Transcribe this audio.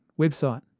website